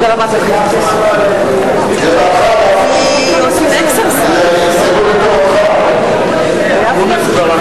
ההסתייגות של קבוצת סיעת מרצ לסעיף 6 לא נתקבלה.